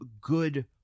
good